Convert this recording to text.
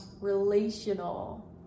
relational